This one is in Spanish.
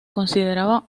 consideraba